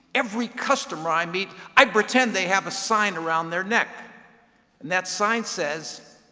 every customer i meet, i pretend they have a sign around their neck. and that sign says,